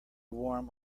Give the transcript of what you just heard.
warm